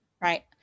Right